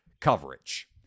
coverage